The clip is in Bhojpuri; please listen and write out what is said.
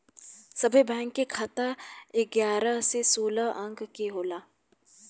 सभे बैंक के खाता एगारह से सोलह अंक के होला